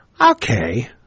Okay